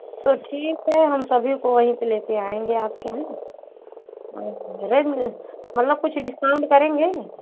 तो ठीक है हम सभी को वहीं पर लेते आएँगे आपके यहाँ रेट मतलब कुछ डिस्काउंट करेंगे